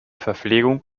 verpflegung